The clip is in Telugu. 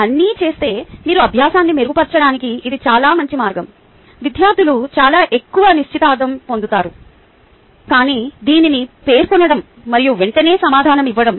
అన్నీ చేస్తే మీరు అభ్యాసాన్ని మెరుగుపర్చడానికి ఇది చాలా మంచి మార్గం విద్యార్థులు చాలా ఎక్కువ నిశ్చితార్థం పొందుతారు కానీ దీనిని పేర్కొనడం మరియు వెంటనే సమాధానం ఇవ్వడం